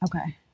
Okay